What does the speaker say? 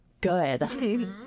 good